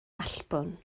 allbwn